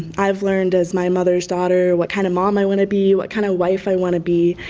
i have learned as my mother's daughter what kind of mom i want to be, what kind of wife i want to be,